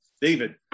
David